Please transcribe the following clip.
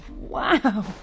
wow